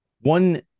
One